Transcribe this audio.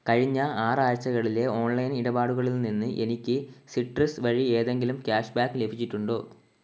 കഴിഞ്ഞ ആറാഴ്ചകളിലെ ഓൺലൈൻ ഇടപാടുകളിൽ നിന്ന് എനിക്ക് സിട്രസ് വഴി ഏതെങ്കിലും ക്യാഷ് ബാക്ക് ലഭിച്ചിട്ടുണ്ടോ